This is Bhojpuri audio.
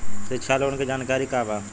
शिक्षा लोन के जानकारी का बा?